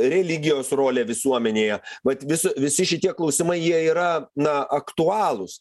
religijos rolė visuomenėje vat visa visi šitie klausimai jie yra na aktualūs